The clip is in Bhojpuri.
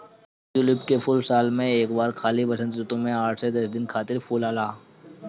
ट्यूलिप के फूल साल में एक बार खाली वसंत ऋतू में आठ से दस दिन खातिर खाली फुलाला